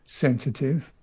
sensitive